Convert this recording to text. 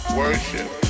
worship